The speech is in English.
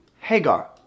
Hagar